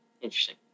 Interesting